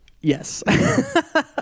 Yes